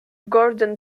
gordon